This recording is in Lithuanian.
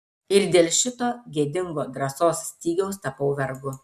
ir dėl šito gėdingo drąsos stygiaus tapau vergu